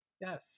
Yes